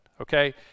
okay